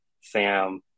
Sam